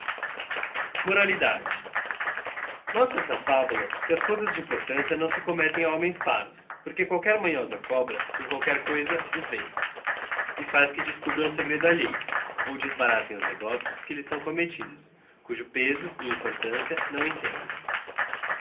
moralidade mostra esta fabula que as cousas de importância não se coramettem a homens parvos porque qualquer manhosa cobra com qualquer cousa os vence e faz que descubrão o segredo alheio on desbaratem os negócios que lhes são commettidos cujo pezo e importância não entendem